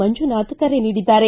ಮಂಜುನಾಥ್ ಕರೆ ನೀಡಿದ್ದಾರೆ